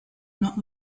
not